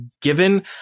given